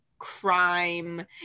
crime